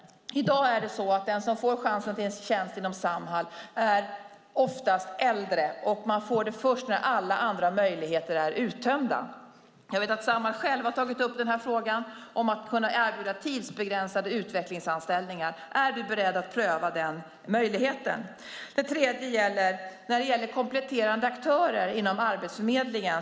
I dag är det så att den som får chansen till en tjänst inom Samhall oftast är äldre, och man får det först när alla andra möjligheter är uttömda. Jag vet att Samhall själv har tagit upp frågan om att kunna erbjuda tidsbegränsade utvecklingsanställningar. Är du beredd att pröva den möjligheten? Det andra gäller kompletterande aktörer inom Arbetsförmedlingen.